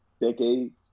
decades